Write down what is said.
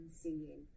seeing